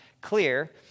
clear